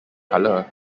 color